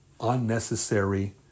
unnecessary